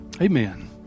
Amen